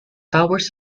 towers